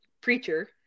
preacher